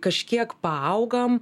kažkiek paaugam